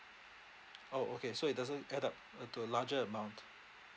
orh okay so it doesn't add up uh to a larger amount